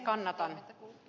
kannatan